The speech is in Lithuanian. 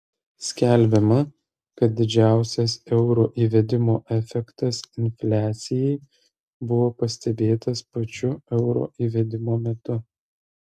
skelbiama kad didžiausias euro įvedimo efektas infliacijai buvo pastebėtas pačiu euro įvedimo metu